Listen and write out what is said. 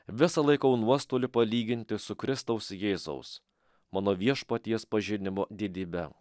visa laikau nuostoliu palyginti su kristaus jėzaus mano viešpaties pažinimo didybe